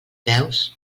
veus